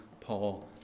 Paul